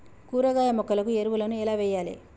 కూరగాయ మొక్కలకు ఎరువులను ఎలా వెయ్యాలే?